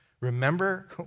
Remember